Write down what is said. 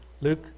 Luke